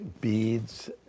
Beads